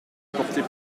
porter